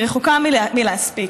היא רחוקה מלהספיק.